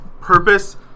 purpose